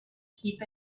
keep